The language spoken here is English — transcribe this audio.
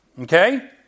Okay